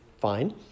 fine